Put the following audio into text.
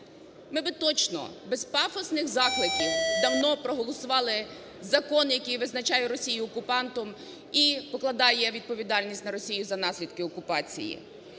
ми би точно без пафосних закликів давно б проголосували закон, який визначає Росію окупантом і покладає відповідальність на Росію за наслідки окупації.